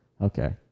Okay